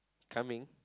coming